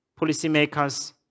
policymakers